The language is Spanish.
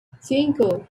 cinco